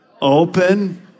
open